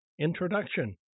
Introduction